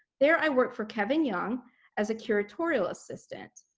there, i worked for kevin young as a curatorial assistant.